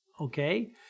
okay